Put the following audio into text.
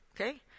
Okay